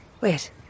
Wait